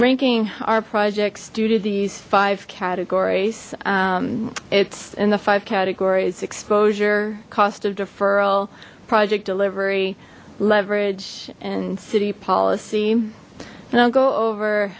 ranking our projects due to these five categories it's in the five categories exposure cost of deferral project delivery leverage and city policy and i'll go over